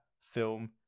film